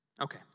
Okay